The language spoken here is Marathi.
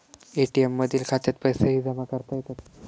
ए.टी.एम मधील खात्यात पैसेही जमा करता येतात